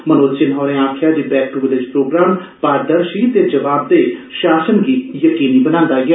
मनोज सिन्हा होरे आक्खेआ जे 'बैंक टू विलेज' प्रोग्राम पारदर्शी ते जवाबदेह शासन गी यकीनी बनांदा ऐ